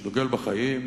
שדוגל בחיים,